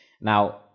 Now